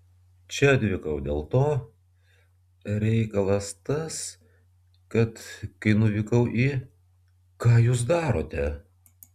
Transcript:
čia atvykau dėl to reikalas tas kad kai nuvykau į ką jūs darote